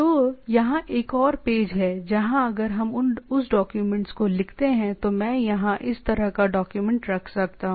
तो यहाँ एक और पेज है जहाँ अगर हम उस डॉक्यूमेंट को लिखते हैं तो मैं यहाँ इस तरह का डॉक्यूमेंट रख सकता हूँ